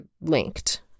linked